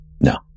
No